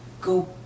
go